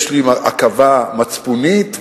יש לי עכבה מצפונית מוסרית,